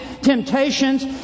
temptations